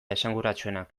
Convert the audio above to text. esanguratsuenak